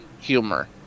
humor